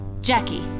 Jackie